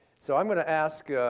so i'm going to ask,